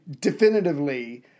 definitively